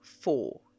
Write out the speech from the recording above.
four